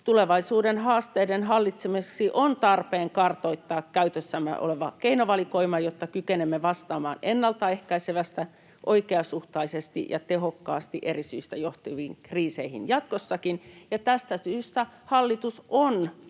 ”Tulevaisuuden haasteiden hallitsemiseksi on tarpeen kartoittaa käytössämme oleva keinovalikoima, jotta kykenemme vastaamaan ennaltaehkäisevästi, oikeasuhtaisesti ja tehokkaasti eri syistä johtuviin kriiseihin jatkossakin. Tästä syystä hallitus on